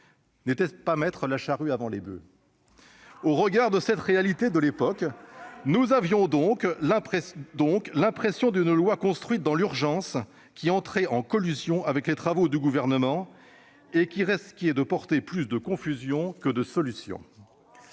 choisie ! Vous êtes gonflé ! Au regard de cette réalité de l'époque, nous avions donc l'impression d'une loi construite dans l'urgence, qui entrait en collision avec les travaux du Gouvernement et qui risquait d'apporter plus de confusion que de solutions.